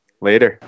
Later